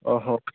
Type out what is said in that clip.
ꯑꯧ